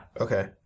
okay